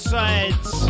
sides